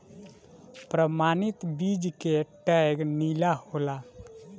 प्रमाणित बीज के टैग नीला होला